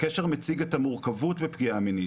הקשר מציג את המורכבות בפגיעה מינית,